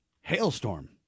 Hailstorm